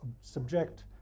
subject